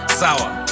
sour